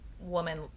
woman